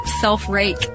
self-rake